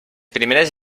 primeres